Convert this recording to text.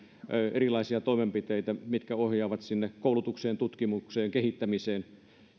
erilaisia toimenpiteitä mitkä ohjaavat sinne koulutukseen tutkimukseen ja kehittämiseen